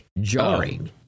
jarring